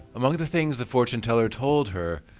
among the things the fortune teller told her,